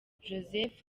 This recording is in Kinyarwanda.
joseph